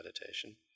meditation